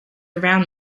around